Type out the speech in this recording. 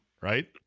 right